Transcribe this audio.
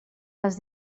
les